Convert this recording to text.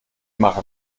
mache